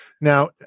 Now